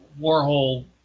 Warhol